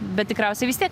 bet tikriausiai vis tiek